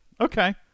Okay